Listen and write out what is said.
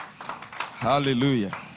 Hallelujah